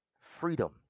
freedom